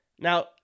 Now